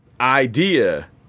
idea –